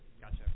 Gotcha